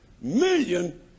million